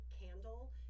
candle